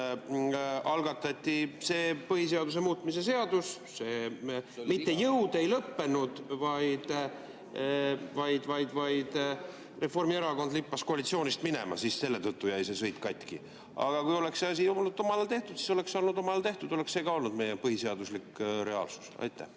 algatati see põhiseaduse muutmise seadus. Mitte jõud ei lõppenud, vaid Reformierakond lippas koalitsioonist minema. Selle tõttu jäi see sõit katki. Aga kui oleks see asi olnud omal ajal tehtud, siis oleks see olnud omal ajal tehtud ja see oleks ka meie põhiseaduslik reaalsus. Aitäh!